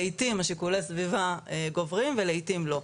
לעיתים שיקולי הסביבה גוברים, ולעיתים לא.